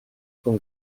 con